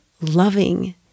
loving